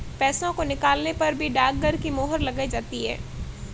पैसों को निकालने पर भी डाकघर की मोहर लगाई जाती है